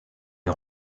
est